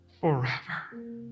forever